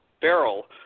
barrel